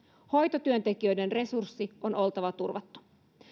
hoitotyöntekijöiden resurssin on oltava turvattu